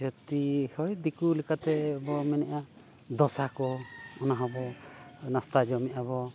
ᱡᱟᱹᱛᱤ ᱦᱳᱭ ᱫᱤᱠᱩ ᱞᱮᱠᱟᱛᱮ ᱵᱚ ᱢᱮᱱᱮᱜᱼᱟ ᱫᱷᱚᱥᱟ ᱠᱚ ᱚᱱᱟ ᱦᱚᱸ ᱵᱚ ᱱᱟᱥᱛᱟ ᱡᱚᱢᱮᱜᱼᱟ ᱵᱚ